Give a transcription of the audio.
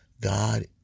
God